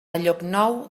llocnou